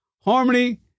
Harmony